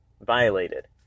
violated